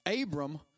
Abram